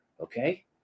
Okay